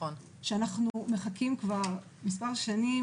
שאנחנו מחכים כבר מספר שנים.